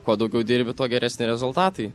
kuo daugiau dirbi tuo geresni rezultatai